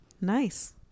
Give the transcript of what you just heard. Nice